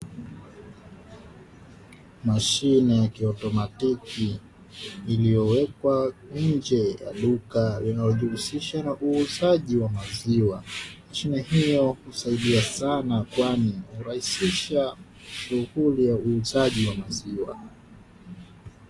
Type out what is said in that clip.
Mashine ya kiautomatiki iliyowekwa nje ya duka linalojihusisha na uuzaji wa maziwa. Mashine hiyo husaidia sana kwani hurahisisha shughuli ya uuzaji wa maziwa.